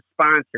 sponsor